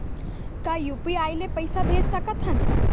का यू.पी.आई ले पईसा भेज सकत हन?